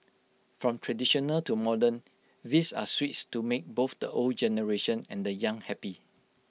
from traditional to modern these are sweets to make both the old generation and the young happy